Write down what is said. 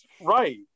right